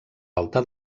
alta